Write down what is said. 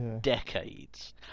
decades